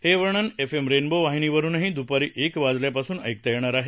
हे वर्णन F M Rainbow वाहिनीवरूनही दूपारी एक वाजल्यापासून ऐकता येणार आहे